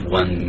one